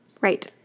Right